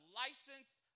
licensed